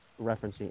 referencing